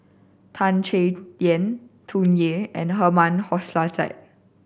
Tan Chay Yan Tsung Yeh and Herman Hochstadt